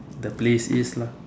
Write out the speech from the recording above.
the place is lah